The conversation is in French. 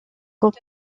comme